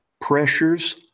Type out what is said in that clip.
pressures